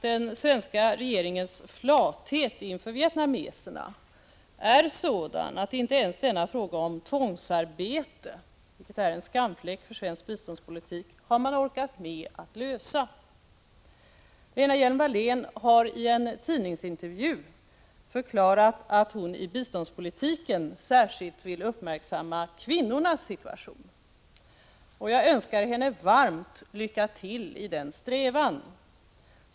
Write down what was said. Den svenska regeringens flathet inför vietnameserna är sådan — inte ens denna fråga om tvångsarbete, en skamfläck för svensk biståndspolitik, har man orkat med att lösa. Lena Hjelm-Wallén har i en tidningsintervju förklarat att hon i biståndspolitiken särskilt vill uppmärksamma kvinnornas situation. Jag önskar henne varmt lycka till i den strävan.